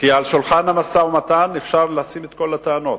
כי על שולחן המשא-ומתן אפשר לשים את כל הטענות.